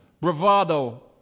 bravado